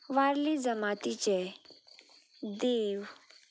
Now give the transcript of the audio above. वारली जमातीचे देव